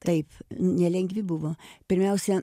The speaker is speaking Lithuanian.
taip nelengvi buvo pirmiausia